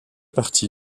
partie